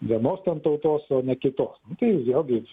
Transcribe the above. vienos ten tautos o ne kitos nu tai vėlgi